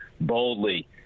boldly